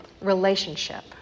relationship